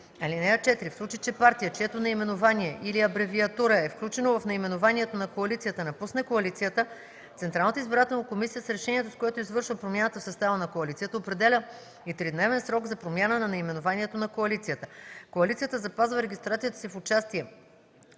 партии. (4) В случай че партия, чието наименование или абревиатура е включено в наименованието на коалицията, напусне коалицията, Централната избирателна комисия с решението, с което извършва промяната в състава на коалицията, определя и тридневен срок за промяна на наименованието на коалицията. Коалицията запазва регистрацията си за участие